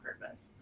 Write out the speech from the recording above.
purpose